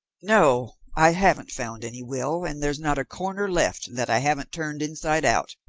no, i haven't found any will, and there's not a corner left that i haven't turned inside out.